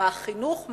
מהחינוך,